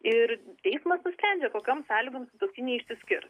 ir teismas nusprendžia kokiom sąlygom sutuoktiniai išsiskirs